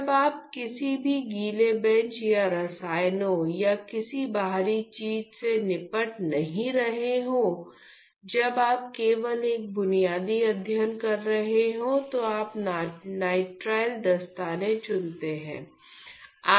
जब आप किसी भी गीली बेंच या रसायनों या किसी बाहरी चीज से निपट नहीं रहे हों जब आप केवल एक बुनियादी अध्ययन कर रहे हों तो आप नाइट्राइल दस्ताने चुनते हैं